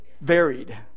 varied